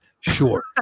Sure